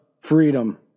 freedom